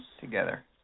together